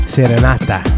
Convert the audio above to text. Serenata